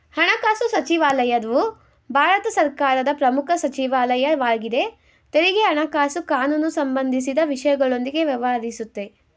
ಹಣಕಾಸುಸಚಿವಾಲಯವು ಭಾರತ ಸರ್ಕಾರದ ಪ್ರಮುಖ ಸಚಿವಾಲಯ ವಾಗಿದೆ ತೆರಿಗೆ ಹಣಕಾಸು ಕಾನೂನುಸಂಬಂಧಿಸಿದ ವಿಷಯಗಳೊಂದಿಗೆ ವ್ಯವಹರಿಸುತ್ತೆ